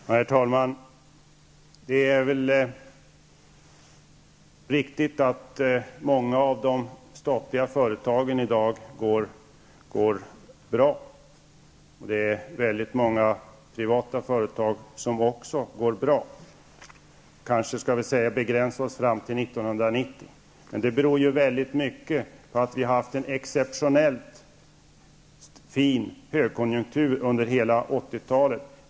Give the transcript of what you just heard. Herr talman! Det är nog riktigt att många av de statliga företagen i dag går bra, och det gör också väldigt många privata företag. Vi kanske skall begränsa oss till tiden fram till 1990. I stor utsträckning är orsaken att vi har haft en exceptionell högkonjunktur under hela 80-talet.